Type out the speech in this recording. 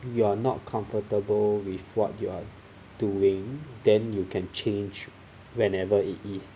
you are not comfortable with what you are doing then you can change whenever it is